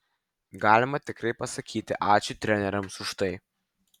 galima tikrai pasakyti ačiū treneriams už tai